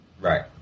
Right